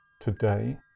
Today